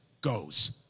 goes